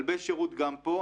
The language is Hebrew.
כלבי שירות גם פה,